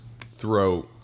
throw